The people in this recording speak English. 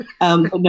No